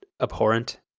abhorrent